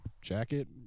jacket